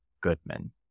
Goodman